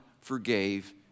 forgave